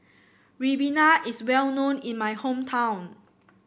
Ribena is well known in my hometown